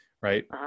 Right